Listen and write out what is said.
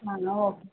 എന്നാല് ഓക്കെ